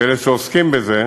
לאלה שעוסקים בזה,